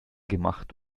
gemacht